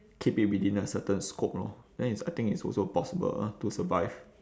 keep it within a certain scope lor then it's I think it's also possible to survive